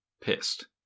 pissed